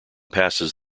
passes